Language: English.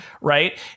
Right